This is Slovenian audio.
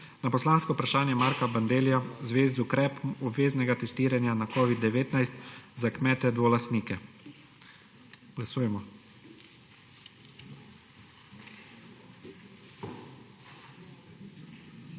na poslansko vprašanje Marka Bandellija v zvezi z ukrepom obveznega testiranja na covid-19 za kmete dvolastnike. Glasujemo.